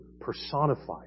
personified